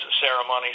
ceremony